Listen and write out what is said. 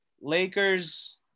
Lakers